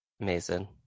amazing